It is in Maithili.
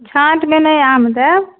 छाँटमे नहि आम देब